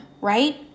right